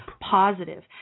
positive